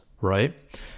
right